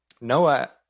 Noah